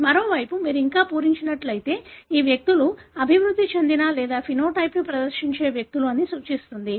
కానీ మరోవైపు మీరు ఇలా పూరించినట్లయితే ఈ వ్యక్తులు అభివృద్ధి చెందిన లేదా సమలక్షణాన్ని ప్రదర్శించే వ్యక్తులు అని సూచిస్తుంది